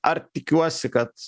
ar tikiuosi kad